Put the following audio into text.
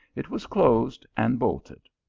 it was closed and bolted.